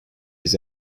his